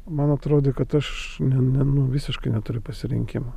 man atrodė kad aš ne ne nu visiškai neturi pasirinkimo